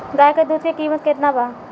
गाय के दूध के कीमत केतना बा?